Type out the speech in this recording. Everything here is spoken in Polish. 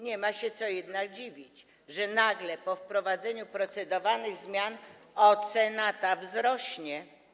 Nie ma się jednak co łudzić, że nagle po wprowadzeniu procedowanych zmian ocena ta wzrośnie.